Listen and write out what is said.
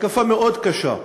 מתקפה מאוד קשה,